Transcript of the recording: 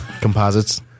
Composites